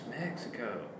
Mexico